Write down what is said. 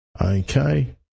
Okay